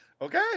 Okay